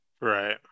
right